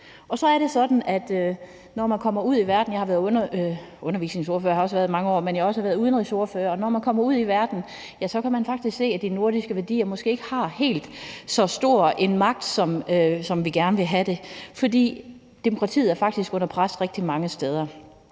menneskerettigheder, sikkerhed og tryghed. Jeg har været udenrigsordfører i mange år, og når man kommer ud i verden, kan man faktisk se, at de nordiske værdier måske ikke har helt så stor en vægt, som vi gerne vil have det, for demokratiet er faktisk under pres rigtig mange steder.